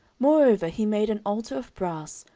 moreover he made an altar of brass,